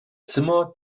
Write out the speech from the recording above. zimmer